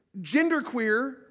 genderqueer